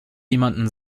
jemanden